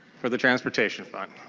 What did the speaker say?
for the transportation fund.